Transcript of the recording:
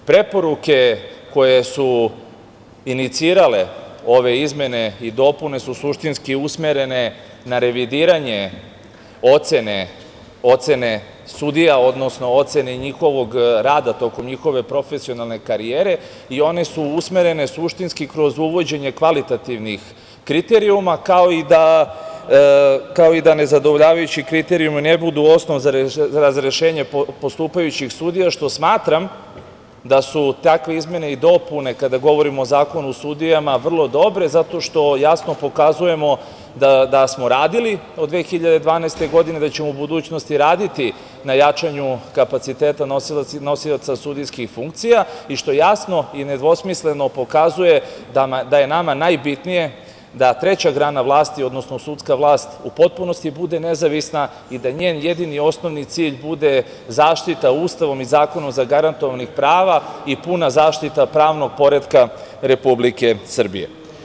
Preporuke koje su inicirale ove izmene i dopune su suštinske usmerene na revidiranje ocene sudija, odnosno ocene njihovog rada tokom njihove profesionalne karije, i one su usmerene suštinski kroz uvođenje kvalitativnih kriterijuma kao i da nezadovoljavajući kriterijumi ne budu osnov za razrešenje postupajućih sudija, što smatram da su takve izmene i dopune, kada govorimo o Zakonu o sudijama, vrlo dobre, zato što jasno pokazujemo da smo radili od 2012. godine, da ćemo u budućnosti raditi na jačanju kapaciteta nosilaca sudijskih funkcija, i što jasno i nedvosmisleno pokazuje da je nama najbitnije da treća grana vlasti, odnosno sudska vlast, u potpunosti bude nezavisna i da njen jedini osnovni cilj bude zaštita Ustavom i zakonom zagarantovanih prava i puna zaštita pravnog poretka Republike Srbije.